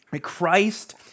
Christ